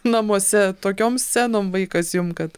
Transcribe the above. namuose tokiom scenom vaikas jum kad